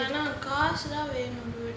காசுலாம் வேணும் டி:kaasulaam venum di